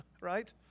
right